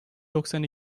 doksan